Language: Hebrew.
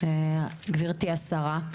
גבירתי השרה,